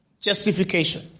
justification